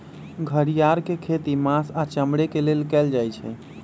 घरिआर के खेती मास आऽ चमड़े के लेल कएल जाइ छइ